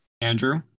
Andrew